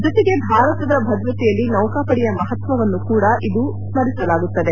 ಜತೆಗೆ ಭಾರತದ ಭದ್ರತೆಯಲ್ಲಿ ನೌಕಾಪಡೆಯ ಮಹತ್ವವನ್ನು ಕೂಡ ಇಂದು ಸ್ತರಿಸಲಾಗುತ್ತದೆ